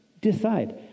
Decide